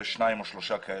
יש שתיים או שלוש כאלה.